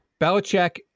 Belichick